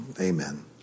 Amen